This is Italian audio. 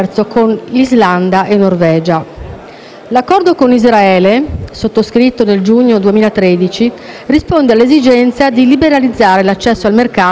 L'Accordo con Israele, sottoscritto nel giugno del 2013, risponde all'esigenza di liberalizzare l'accesso al mercato, creare nuove opportunità